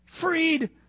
freed